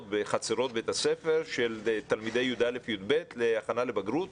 בחצרות בית הספר של תלמידי כיתות י"א-י"ב להכנה לבגרות?